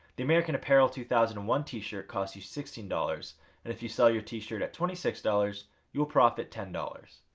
the american apparel two thousand and one t-shirt costs you sixteen dollars and if you sell your t-shirt at twenty six dollars you will profit ten dollars.